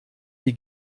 die